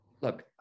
Look